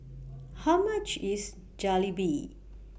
How much IS Jalebi